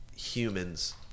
humans